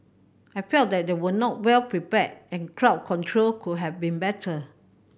I felt that they were not well prepared and crowd control could have been better